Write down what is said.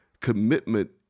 commitment